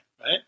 right